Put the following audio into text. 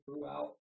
throughout